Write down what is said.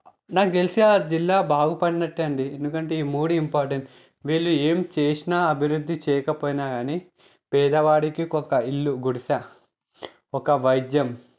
నాకు తెలిసి ఆ జిల్లా బాగుపడినట్టు అండి ఎందుకంటే ఈ మూడు ఇంపార్టెంట్ వీళ్ళు ఏమి చేసిన అభివృద్ధి చేయకపోయిన కానీ పేదవాడికి ఒక్కొక్క ఇల్లు గుడిసె ఒక వైద్యం